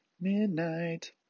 Midnight